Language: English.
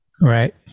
Right